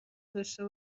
داشته